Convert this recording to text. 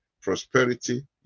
prosperity